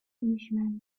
englishman